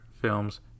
films